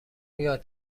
یاد